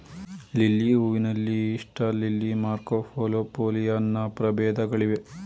lily ಹೂವಿನಲ್ಲಿ Easter lily, Marco Polo, Pollyanna ಪ್ರಭೇದಗಳಿವೆ